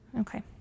Okay